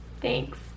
Thanks